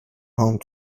home